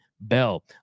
bell